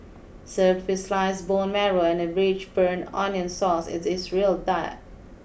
served with sliced bone marrow and a rich burnt onion sauce it is a real diet